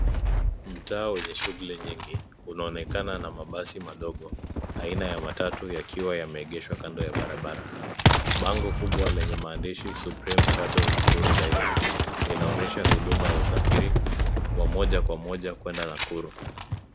Mtaa wenye shughuli nyingi, unaonekana na mabasi madogo aina ya matatu yakiwa yameegeshwa kando ya barabara. Bango kubwa lenye maandishi Supreme Shuttle Nakuru Direct, linaonyesha huduma ya usafiri wa moja kwa moja kwenda Nakuru.